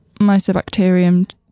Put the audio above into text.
Mycobacterium